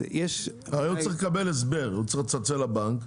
הוא צריך לקבל הסבר, הוא צריך לצלצל לבנק,